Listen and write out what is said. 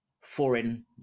foreign